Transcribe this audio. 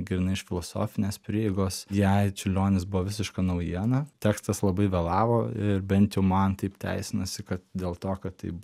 gilina iš filosofinės prieigos jai čiurlionis buvo visiška naujiena tekstas labai vėlavo ir bent man taip teisinosi kad dėl to kad taip